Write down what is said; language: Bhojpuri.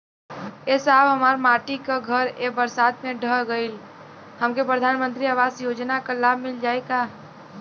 ए साहब हमार माटी क घर ए बरसात मे ढह गईल हमके प्रधानमंत्री आवास योजना क लाभ मिल जाई का?